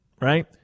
right